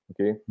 Okay